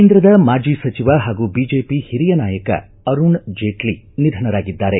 ಕೇಂದ್ರದ ಮಾಜಿ ಸಚಿವ ಪಾಗೂ ಬಿಜೆಪಿ ಹಿರಿಯ ನಾಯಕ ಅರುಣ್ ಜೇಟ್ಲ ನಿಧನರಾಗಿದ್ದಾರೆ